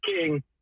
king